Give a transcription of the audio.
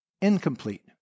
incomplete